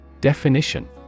Definition